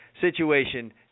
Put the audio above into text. situation